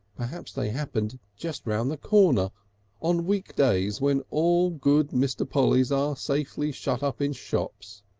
perhaps they happened just round the corner on weekdays when all good mr. pollys are safely shut up in shops.